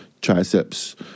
triceps